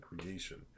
creation